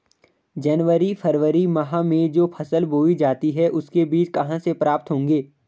जनवरी फरवरी माह में जो फसल बोई जाती है उसके बीज कहाँ से प्राप्त होंगे?